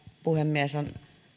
puhemies on